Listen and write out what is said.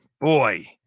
boy